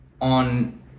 on